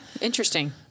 Interesting